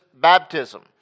baptism